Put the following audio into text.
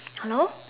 hello